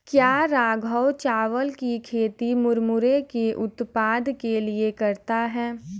क्या राघव चावल की खेती मुरमुरे के उत्पाद के लिए करता है?